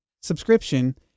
subscription